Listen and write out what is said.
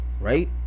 right